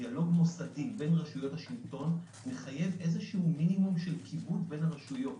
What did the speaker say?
דיאלוג מוסדי בין רשויות השלטון מחייב מינימום של כיבוד בין הרשויות.